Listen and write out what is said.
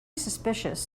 suspicious